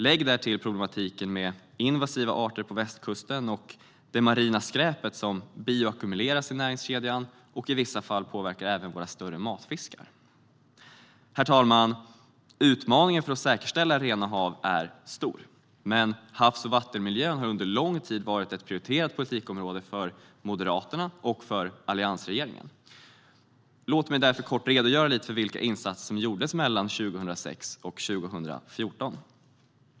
Lägg därtill problematiken med invasiva arter på västkusten och det marina skräpet, som bioackumuleras i näringskedjan och i vissa fall påverkar även våra större matfiskar. Herr talman! Utmaningen att säkerställa rena hav är stor. Men havs och vattenmiljön har under lång tid varit ett prioriterat politikområde för Moderaterna och alliansregeringen. Låt mig därför kort redogöra för vilka insatser som gjordes mellan 2006 och 2014.